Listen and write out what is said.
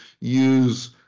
use